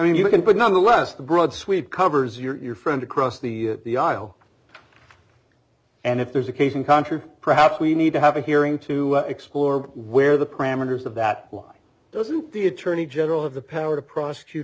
mean you can but nonetheless the broad sweep covers your friend across the aisle and if there's a case in country perhaps we need to have a hearing to explore where the parameters of that why doesn't the attorney general have the power to prosecute